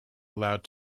allowed